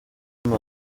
reba